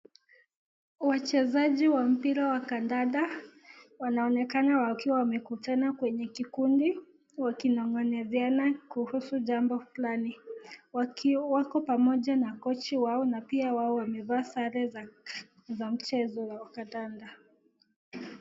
Wachezaji wa mpira wa kandanda wanaonekana wakiwa wamekutana kwenye kikundi wakinong'onezeana kuhusu jambo fulani. Wako pamoja na kochi wao na pia wao wamevaa sare za mchezo wa kandanda.